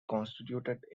constituted